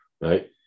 Right